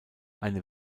eine